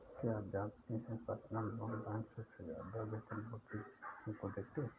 क्या आप जानते है पर्सनल लोन बैंक सबसे ज्यादा वेतनभोगी व्यक्ति को देते हैं?